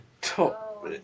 top